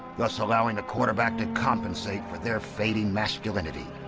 thus allowing the quarterback to compensate for their fading masculinity.